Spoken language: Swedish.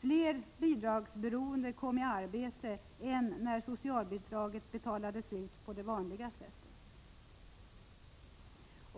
Fler bidragsberoende kom i arbete än när socialbidraget betalades ut på vanligt sätt.